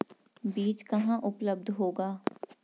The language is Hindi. बीज कहाँ उपलब्ध होगा?